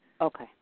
Okay